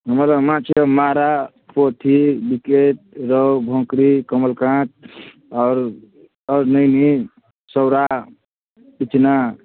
हमरा लग माँछ अइ मारा पोठी ब्रिकेट रहु भोकुर कोमनकार्प आओर नैनी सौरा इचना